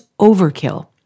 overkill